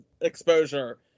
exposure